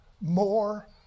more